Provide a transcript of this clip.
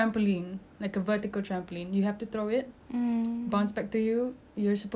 bounce back to you you're supposed to not catch it it's the opponent who supposed to catch it to save the points